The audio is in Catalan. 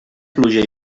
pluja